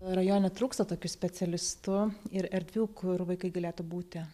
rajone trūksta tokių specialistų ir erdvių kur vaikai galėtų būti